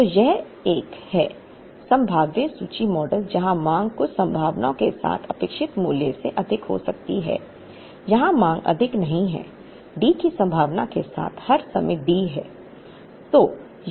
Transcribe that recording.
तो यह एक है संभाव्य सूची मॉडल जहां मांग कुछ संभावनाओं के साथ अपेक्षित मूल्य से अधिक हो सकती है यहां मांग अधिक नहीं है D की संभावना के साथ हर समय D है